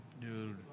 Dude